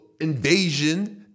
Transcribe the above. invasion